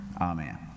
Amen